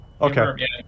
okay